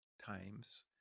times